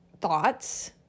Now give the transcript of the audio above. thoughts